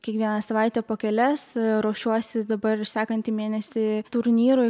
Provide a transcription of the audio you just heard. kiekvieną savaitę po kelias ruošiuosi dabar sekantį mėnesį turnyrui